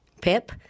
PIP